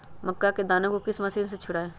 मक्का के दानो को किस मशीन से छुड़ाए?